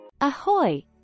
Ahoy